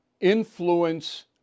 influence